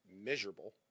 miserable